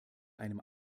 einem